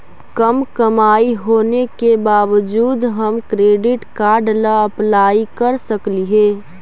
कम कमाई होने के बाबजूद हम क्रेडिट कार्ड ला अप्लाई कर सकली हे?